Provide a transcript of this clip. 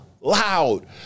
loud